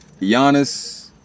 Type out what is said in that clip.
Giannis